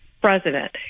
president